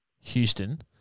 Houston